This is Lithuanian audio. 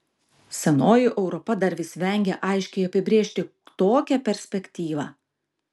senoji europa dar vis vengia aiškiai apibrėžti tokią perspektyvą